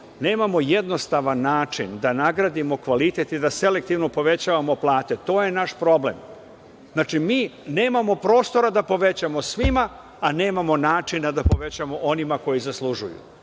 nemamo jednostavan način da nagradimo kvalitet i da selektivno povećavamo plate, to je naš problem. Znači, mi nemamo prostora da povećamo svima, a nemamo načina da povećamo onima koji zaslužuju.